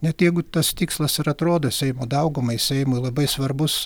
net jeigu tas tikslas ir atrodo seimo daugumai seimui labai svarbus